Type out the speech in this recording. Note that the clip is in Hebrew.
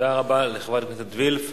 תודה רבה לחברת הכנסת וילף.